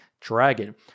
Dragon